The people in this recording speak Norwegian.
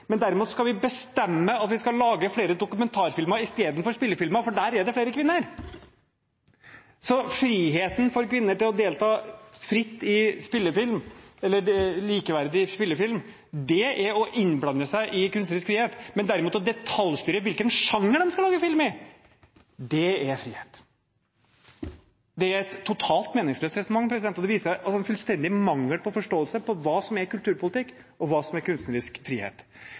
men derimot skal vi bestemme at vi skal lage flere dokumentarfilmer istedenfor spillefilmer, for der er det flere kvinner. Så friheten for kvinner til å delta likeverdig i spillefilm er å innblande seg i kunstnerisk frihet, men derimot å detaljstyre hvilken sjanger de skal lage film i, det er frihet. Det er et totalt meningsløst resonnement, og det viser altså en fullstendig mangel på forståelse for hva som er kulturpolitikk, og hva som er kunstnerisk frihet.